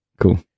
Cool